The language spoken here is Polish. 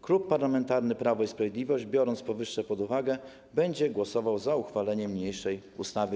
Klub Parlamentarny Prawo i Sprawiedliwość, biorąc powyższe pod uwagę, będzie głosował za uchwaleniem niniejszej ustawy.